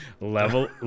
level